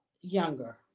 younger